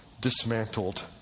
dismantled